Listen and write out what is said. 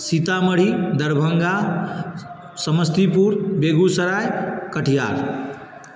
Sitamarhi Darbhanga Samastipur Begusarai Katihar